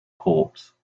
corpse